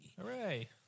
Hooray